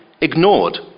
ignored